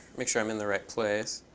make sure i'm in the right place.